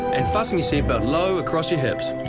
and fasten your seatbelt low across your hips.